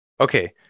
okay